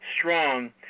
strong